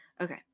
okay